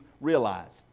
realized